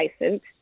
license